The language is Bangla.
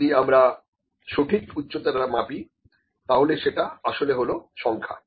যদি আমরা সঠিক উচ্চতাটা মাপি তাহলে সেটা আসলে হলো সংখ্যা